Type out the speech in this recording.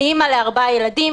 אני אימא לארבעה ילדים,